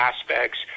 aspects